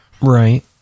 Right